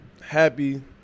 Happy